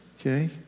Okay